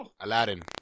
Aladdin